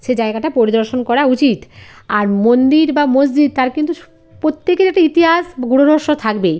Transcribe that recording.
সে জায়গাটা পরিদর্শন করা উচিত আর মন্দির বা মসজিদ তার কিন্তু সু প্রত্যেকের একটা ইতিহাস গূঢ় রহস্য থাকবেই